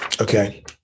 Okay